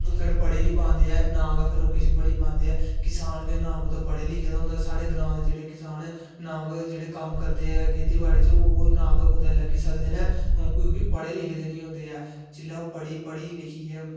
फिर पढ़ी नेईं पांदे ऐ नां गै किश ओह् पढ़ी पांदे ना किसान दे ना कुतै पढे़ लिखे दा होंदा जेहडे़ किसान ऐ नां गे जेहडे़ कम्म करदे ऐ खेती बाड़ी च ओह् ना गे कुतै लग्गी सकदे ना क्योंकि पढे़ लिखे दे नेईं होंदे ऐ जिसलै ओह् पढ़ी लिखी ऐ